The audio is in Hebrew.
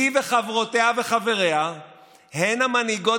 היא וחברותיה וחבריה הם המנהיגות